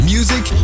Music